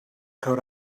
coat